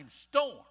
storm